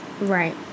right